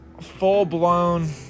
full-blown